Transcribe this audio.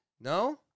No